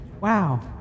wow